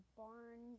barn